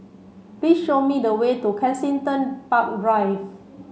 please show me the way to Kensington Park Drive